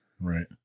Right